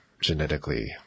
genetically